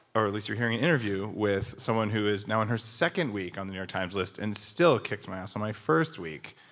or at least you're hearing an interview with someone who is now on her second week on the new york times list and still kicks my ass on my first week.